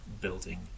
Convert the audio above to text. building